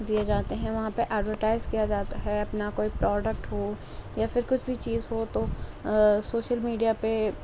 دیے جاتے ہیں وہاں پہ ایڈورٹائز کیا جاتا ہے اپنا کوئی پروڈکٹ ہو یا پھر کچھ بھی چیز ہو تو سوشل میڈیا پہ